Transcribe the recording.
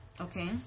Okay